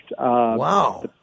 Wow